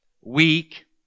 weak